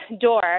door